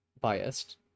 biased